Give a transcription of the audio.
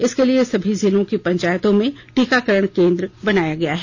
इसके लिए सभी जिलों की पंचायतों में टीकाकरण केन्द्र बनाया गया है